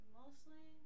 mostly